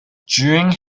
during